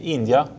India